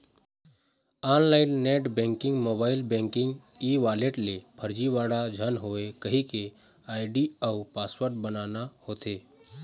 online net banking, mobile banking, e wallet ले फरजीवाड़ा झन होए कहिके आईडी अउ पासवर्ड बनाना होथे